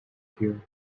here